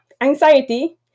anxiety